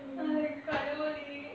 அட கடவுளே:ada kadavule